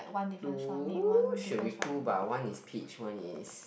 do should we do by one is peach one is